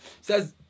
says